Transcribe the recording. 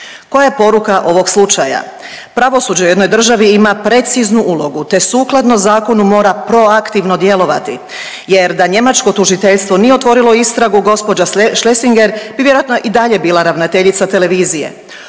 Koja je poruka ovog slučaja? Pravosuđe u jednoj državi ima preciznu ulogu te sukladno zakonu mora proaktivno djelovati jer da njemačko tužiteljstvo nije otvorilo istragu gospođa Schlesinger bi vjerojatno i dalje bila ravnateljica televizije.